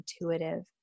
intuitive